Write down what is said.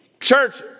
Church